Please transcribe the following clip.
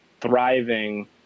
thriving